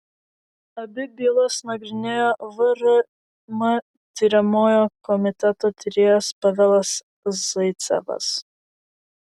abi bylas nagrinėjo vrm tiriamojo komiteto tyrėjas pavelas zaicevas